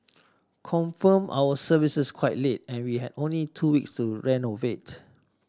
confirmed our services quite late and we had only two weeks to renovate